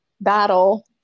battle